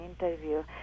interview